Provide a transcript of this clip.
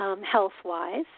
health-wise